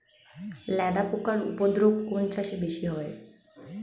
লেদা পোকার উপদ্রব কোন চাষে বেশি হয়?